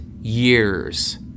years